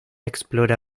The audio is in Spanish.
explora